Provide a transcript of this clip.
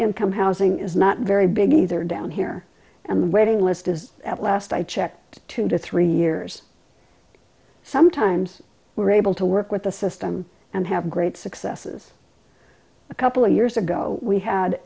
income housing is not very big either down here and the waiting list is at last i checked two to three years sometimes we're able to work with the system and have great successes a couple of years ago we